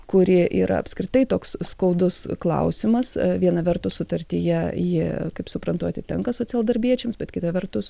kuri yra apskritai toks skaudus klausimas viena vertus sutartyje ji kaip suprantu atitenka socialdarbiečiams bet kita vertus